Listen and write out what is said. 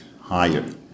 higher